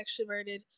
extroverted